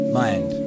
mind